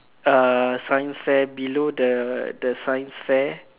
uh science fair below the the science fair